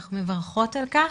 ואנחנו מברכות על כך.